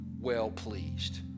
well-pleased